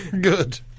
Good